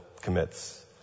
commits